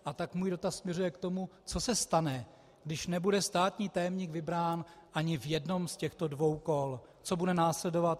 A tak můj dotaz směřuje k tomu, co se stane, když nebude státní tajemník vybrán ani v jednom z těchto dvou kol, co bude následovat.